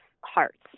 hearts